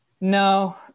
no